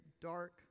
dark